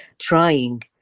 trying